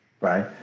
Right